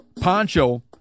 poncho